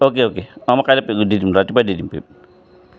okay okay অঁ মই কাইলৈ দি দিম ৰাতিপুৱাই দি দিম পে'মেণ্ট